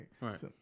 right